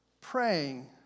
praying